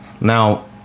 Now